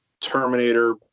Terminator